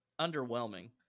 underwhelming